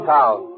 Town